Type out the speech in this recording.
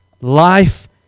Life